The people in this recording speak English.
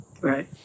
Right